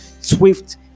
Swift